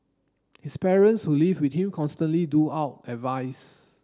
his parents who live with him constantly doled out advice